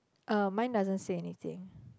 uh mine doesn't say anything